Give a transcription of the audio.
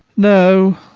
no.